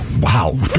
Wow